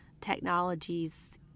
technologies